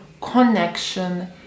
connection